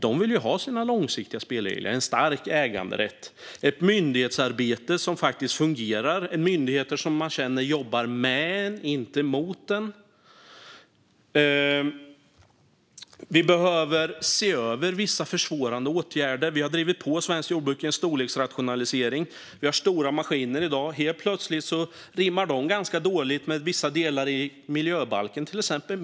De vill ha långsiktiga spelregler - en stark äganderätt, ett myndighetsarbete som faktiskt fungerar, myndigheter som de känner jobbar med dem och inte mot dem. Vi behöver se över vissa försvårande åtgärder. Vi har drivit fram en storleksrationalisering i svenskt jordbruk. Vi har stora maskiner i dag. Helt plötsligt rimmar de ganska dåligt med vissa delar i till exempel miljöbalken.